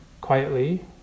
quietly